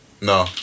No